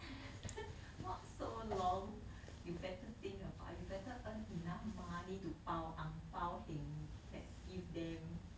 not so long you better think about you better earn enough money to 包 ang pow that give them